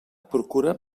procura